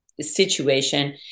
situation